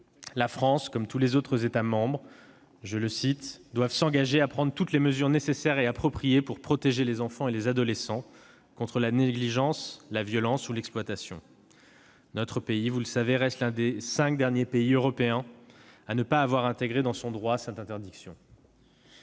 pays, comme tous les autres États membres, doit « s'engager à prendre toutes les mesures nécessaires et appropriées pour protéger les enfants et les adolescents contre la négligence, la violence ou l'exploitation ». La France reste l'un des cinq derniers pays européens à ne pas avoir intégré dans son droit cette interdiction.